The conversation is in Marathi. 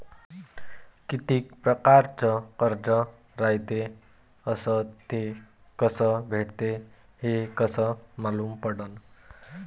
कितीक परकारचं कर्ज रायते अस ते कस भेटते, हे कस मालूम पडनं?